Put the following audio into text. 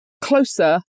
closer